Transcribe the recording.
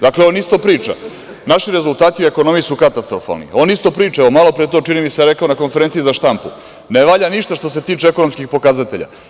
Dakle, on isto priča, naši rezultati u ekonomiju su katastrofalni, on isto to priča, malopre je čini mi se to rekao na konferenciji za štampu, ne valja ništa što se tiče ekonomskih pokazatelja.